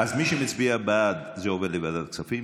אז מי שמצביע בעד, זה עובר לוועדת הכספים.